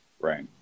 Right